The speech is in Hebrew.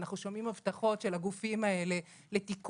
אנחנו שומעים הבטחות של הגופים האלה לתיקון,